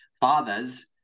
fathers